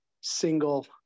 single